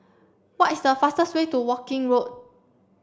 what is the fastest way to Woking Road